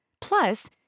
Plus